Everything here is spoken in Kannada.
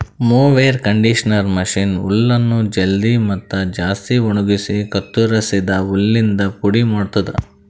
ಮೊವೆರ್ ಕಂಡಿಷನರ್ ಮಷೀನ್ ಹುಲ್ಲನ್ನು ಜಲ್ದಿ ಮತ್ತ ಜಾಸ್ತಿ ಒಣಗುಸಿ ಕತ್ತುರಸಿದ ಹುಲ್ಲಿಂದ ಪುಡಿ ಮಾಡ್ತುದ